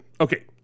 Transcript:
Okay